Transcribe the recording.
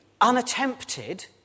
unattempted